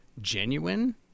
genuine